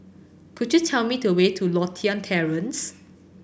could you tell me the way to Lothian Terrace